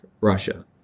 Russia